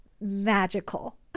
magical